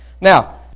Now